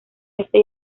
este